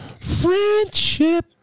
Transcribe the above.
friendship